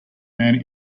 man